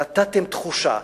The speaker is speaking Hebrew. נתתם תחושה,